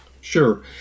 Sure